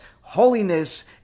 holiness